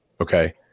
okay